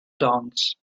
dance